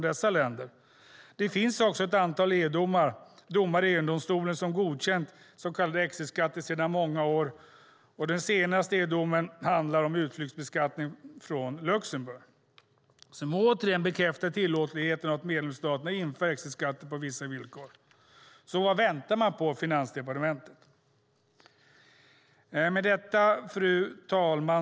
Det finns också ett antal domar i EU-domstolen som godkänt så kallade exitskatter sedan många år. Den senaste EU-domen handlar om utflyttningsbeskattning från Luxemburg. Det bekräftar återigen tillåtligheten av att medlemsstaterna inför exitskatter på vissa villkor. Vad väntar Finansdepartementet på? Fru talman!